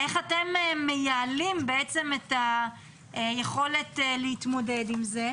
איך אתם מייעלים את היכולת להתמודד עם זה,